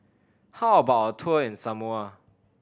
how about a tour in Samoa